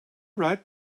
write